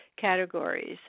categories